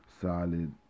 solid